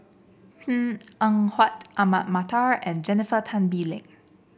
Png Eng Huat Ahmad Mattar and Jennifer Tan Bee Leng